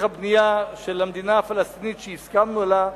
הבנייה של המדינה הפלסטינית שהסכמנו לה.